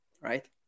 right